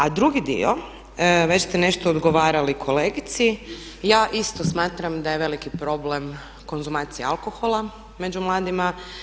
A drugi dio već ste nešto odgovarali kolegici, ja isto smatram da je veliki problem konzumacija alkohola među mladima.